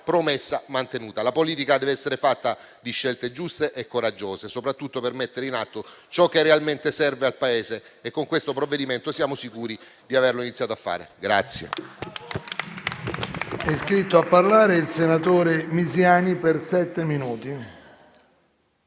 promessa mantenuta. La politica deve essere fatta di scelte giuste e coraggiose soprattutto per mettere in atto ciò che realmente serve al Paese e con questo provvedimento siamo sicuri di avere iniziato a farlo.